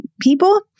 people